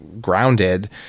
grounded